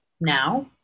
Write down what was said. now